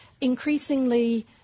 increasingly